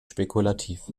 spekulativ